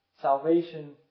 Salvation